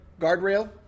guardrail